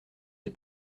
des